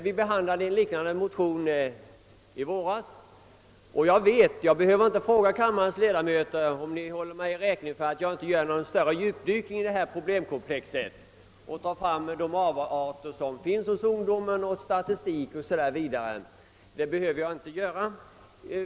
Vi behandlade en liknande motion i våras. Jag behöver inte fråga kammarens ledamöter om ni håller mig räkning för att jag inte gör någon större djupdykning i det här problemkomplexet och drar fram de avarter som förekommer hos ungdomen eller kommer med statistik och annat.